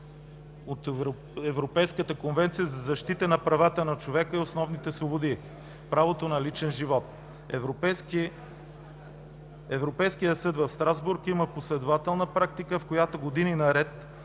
от Европейската конвенция за защита на правата на човека и основните свободи, правото на личен живот. Европейският съд в Страсбург има последователна практика, в която години наред